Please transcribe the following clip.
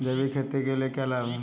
जैविक खेती के क्या लाभ हैं?